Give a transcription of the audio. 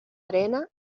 arena